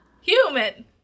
Human